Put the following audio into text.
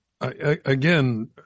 again